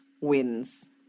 wins